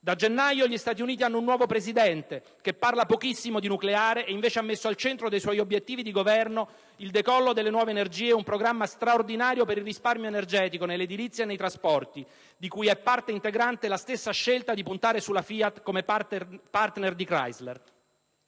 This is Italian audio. Da gennaio gli Stati Uniti hanno un nuovo Presidente, che parla pochissimo di nucleare e che invece ha messo al centro dei suoi obiettivi di governo il decollo delle nuove energie ed un programma straordinario per il risparmio energetico nell'edilizia e nei trasporti, di cui è parte integrante la stessa scelta di puntare sulla FIAT come partner di Chrysler.